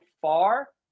far